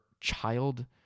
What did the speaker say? child